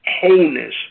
wholeness